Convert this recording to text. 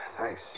Thanks